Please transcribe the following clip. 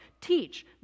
teach